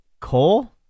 Coal